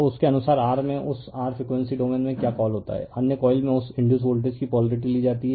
तो उसके अनुसार r में उस r फ़्रीक्वेंसी डोमेन में क्या कॉल होता है अन्य कॉइल में उस इंड्यूस वोल्टेज की पोलारिटी ली जाती है